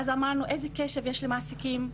ואז אמרנו איזה קשב יש למעסיקים,